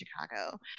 Chicago